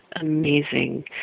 amazing